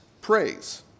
praise